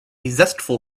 zestful